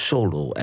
Solo